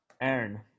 Aaron